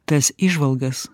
tas įžvalgas